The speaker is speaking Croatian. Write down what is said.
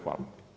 Hvala.